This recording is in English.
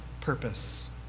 purpose